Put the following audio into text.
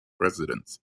presidents